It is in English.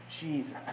Jesus